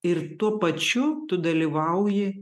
ir tuo pačiu tu dalyvauji